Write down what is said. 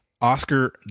Oscar